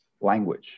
language